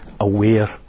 aware